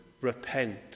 Repent